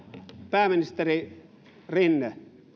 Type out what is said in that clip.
pääministeri rinne